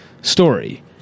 story